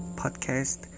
podcast